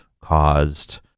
caused